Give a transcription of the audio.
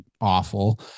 awful